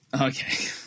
Okay